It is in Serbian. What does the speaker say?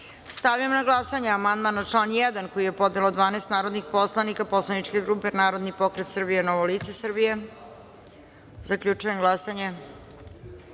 na glasanje amandman na član 1. koji je podnelo 12 narodnih poslanika poslaničke grupe Narodni pokret Srbije – Novo lice Srbije. Molim vas